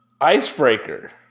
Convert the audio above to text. Icebreaker